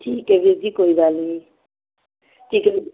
ਠੀਕ ਹੈ ਵੀਰ ਜੀ ਕੋਈ ਗੱਲ ਨਹੀਂ ਠੀਕ ਹੈ ਵੀਰ ਜੀ